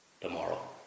tomorrow